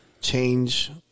change